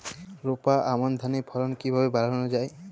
রোপা আমন ধানের ফলন কিভাবে বাড়ানো যায়?